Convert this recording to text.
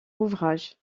ouvrages